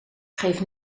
geef